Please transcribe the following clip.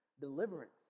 deliverance